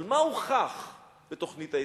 אבל מה הוכח בתוכנית ההתנתקות,